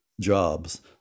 jobs